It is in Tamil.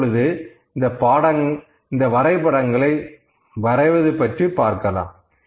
அப்பொழுது இந்த வரைபடங்களை வரைவது பற்றி பார்க்கலாம்